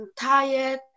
tired